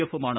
എഫുമാണ്